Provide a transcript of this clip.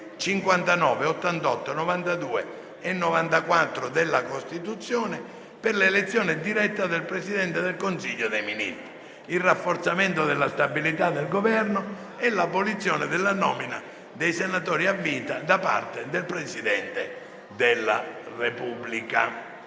parte seconda della Costituzione per l'elezione diretta del Presidente del Consiglio dei ministri, il rafforzamento della stabilità del Governo e l'abolizione della nomina dei senatori a vita da parte del Presidente della Repubblica